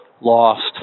lost